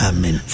Amen